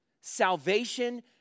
Salvation